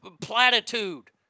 platitude